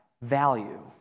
value